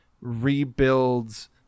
rebuilds